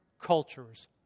cultures